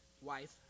wife